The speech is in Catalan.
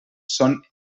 són